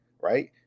right